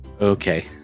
Okay